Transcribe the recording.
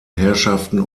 herrschaften